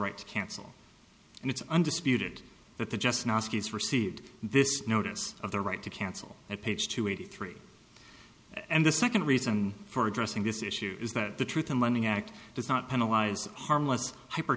right to cancel and it's undisputed that the just received this notice of the right to cancel at page two eighty three and the second reason for addressing this issue is that the truth in lending act does not penalize harmless hyper